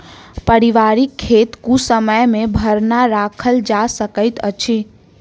पारिवारिक खेत कुसमय मे भरना राखल जा सकैत अछि